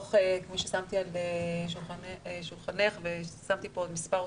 הדו"ח כפי ששמתי על שולחנך במספר עותקים,